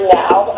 now